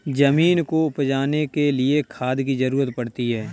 ज़मीन को उपजाने के लिए खाद की ज़रूरत पड़ती है